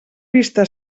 vista